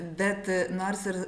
bet nors ir